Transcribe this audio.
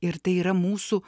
ir tai yra mūsų